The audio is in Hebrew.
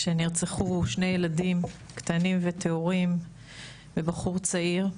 שנרצחו שני ילדים קטנים וטהורים ובחור צעיר.